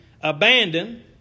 abandon